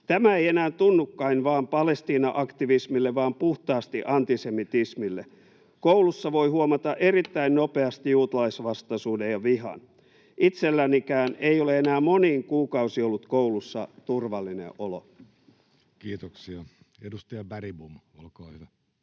Tämä ei enää tunnukaan vain Palestiina-aktivismille, vaan puhtaasti antisemitismille. Koulussa voi huomata erittäin nopeasti juutalaisvastaisuuden ja vihan. Itsellänikään ei ole enää moniin kuukausiin ollut koulussa turvallinen olo.” Kiitoksia. — Edustaja Bergbom, olkaa hyvä.